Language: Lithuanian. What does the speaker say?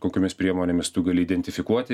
kokiomis priemonėmis tu gali identifikuoti